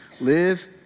Live